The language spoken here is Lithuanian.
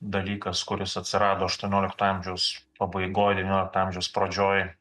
dalykas kuris atsirado aštuoniolikto amžiaus pabaigoj devyniolikto amžiaus pradžioj